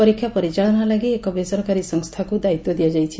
ପରୀକ୍ଷା ପରିଚାଳନା ଲାଗି ଏକ ବେସରକାରୀ ସଂସ୍ଥାକୁ ଦାୟିତ୍ୱ ଦିଆଯାଇଛି